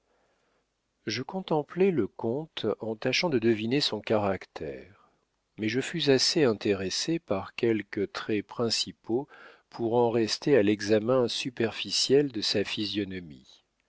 je contemplai le comte en tâchant de deviner son caractère mais je fus assez intéressé par quelques traits principaux pour en rester à l'examen superficiel de sa physionomie